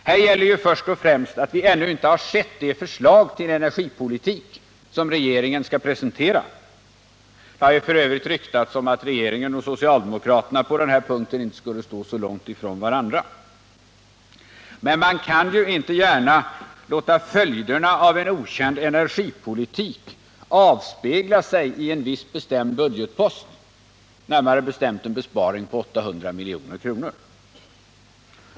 Här gäller ju först och främst att vi ännu inte har sett det förslag till energipolitik som regeringen avser att presentera. Det har ju f. ö. ryktats om att regeringen och socialdemokraterna på den här punkten inte skulle stå så långt ifrån varandra. Man kan dock inte gärna låta följderna av en okänd energipolitik avspegla sig i en viss bestämd budgetpost: en besparing på 800 milj.kr.